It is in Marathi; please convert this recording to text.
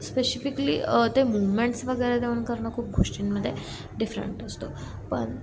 स्पेशिफिकली ते मूवमेंट्स वगैरे देऊन करणं खूप गोष्टींमध्ये डिफरंट असतो पण